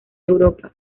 europa